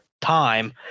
time